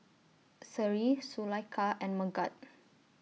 Seri Zulaikha and Megat